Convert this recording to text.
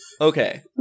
Okay